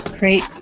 Great